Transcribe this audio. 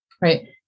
Right